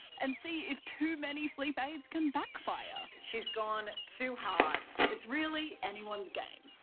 and see if too many sleep aids can backfire. she's gone too hard. it's really anyone's game.